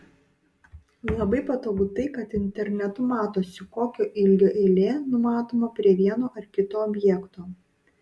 labai patogu tai kad internetu matosi kokio ilgio eilė numatoma prie vieno ar kito objekto